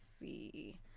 see